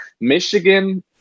Michigan